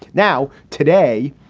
now, today,